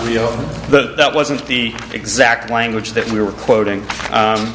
but that wasn't the exact language that we were quoting